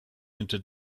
into